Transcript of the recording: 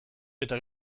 eta